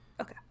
Okay